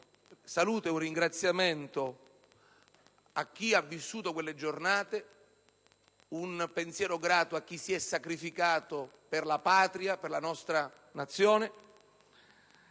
saluto ed un ringraziamento a chi ha vissuto quelle giornate, un pensiero grato a chi si è sacrificato per la Patria, per la nostra Nazione,